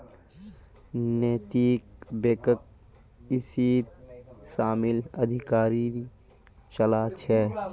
नैतिक बैकक इसीत शामिल अधिकारी चला छे